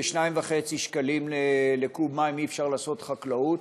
ב-2.5 שקלים לקוב מים אי-אפשר לעשות חקלאות,